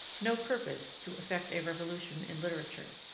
no purpose to effect a revolution in literature.